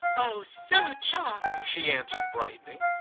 oh so charming! she answered, brightening.